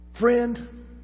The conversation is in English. Friend